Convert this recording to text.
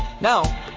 Now